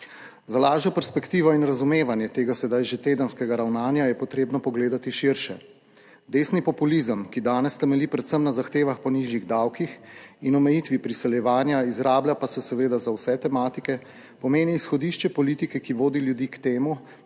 Za lažjo perspektivo in razumevanje tega sedaj že tedenskega ravnanja je potrebno pogledati širše. Desni populizem, ki danes temelji predvsem na zahtevah po nižjih davkih in omejitvi priseljevanja izrablja pa se seveda za vse tematike pomeni izhodišče politike, ki vodi ljudi k temu,